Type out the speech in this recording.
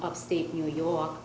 upstate new york